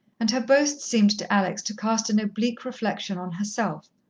and her boast seemed to alex to cast an oblique reflection on herself.